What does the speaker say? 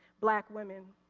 black women.